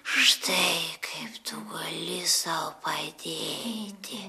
štai kaip tu gali sau padėti